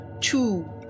Two